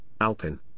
Alpin